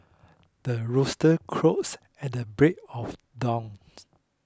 the rooster crows at the break of dawns